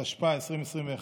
התשפ"א 2021,